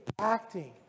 acting